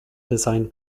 designed